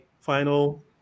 final